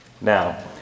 now